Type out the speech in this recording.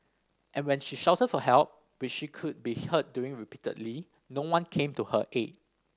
and when she shouted for help which she could be heard doing repeatedly no one came to her aid